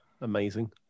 Amazing